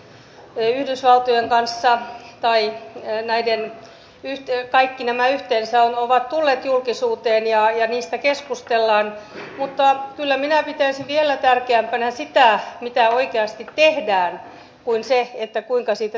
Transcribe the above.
ihan hyvä että nämä harjoitukset yhdysvaltojen kanssa tai kaikki nämä yhteensä ovat tulleet julkisuuteen ja niistä keskustellaan mutta kyllä minä pitäisin vielä tärkeämpänä sitä mitä oikeasti tehdään kuin sitä kuinka siitä tiedotetaan